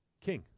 king